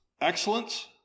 excellence